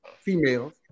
females